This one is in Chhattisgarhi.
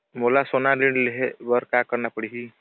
मोला सोना ऋण लहे बर का करना पड़ही?